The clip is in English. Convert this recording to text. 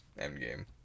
Endgame